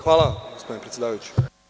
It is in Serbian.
Hvala vam, gospodine predsedavajući.